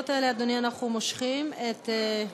ההסתייגויות האלה, אדוני, אנחנו מושכים, את 17,